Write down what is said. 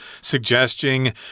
suggesting